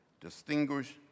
distinguished